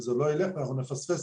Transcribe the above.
זה באמת לא ילך ואנחנו נפספס